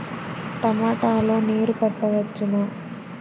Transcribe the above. టమాట లో నీరు పెట్టవచ్చునా?